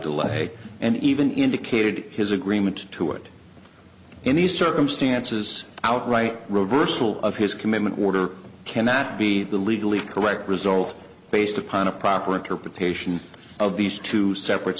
delay and even indicated his agreement to it in these circumstances outright reversal of his commitment order cannot be the legally correct result based upon a proper interpretation of these two separate